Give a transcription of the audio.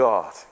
God